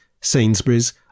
sainsbury's